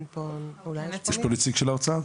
יש פה נציג של האוצר?